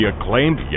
acclaimed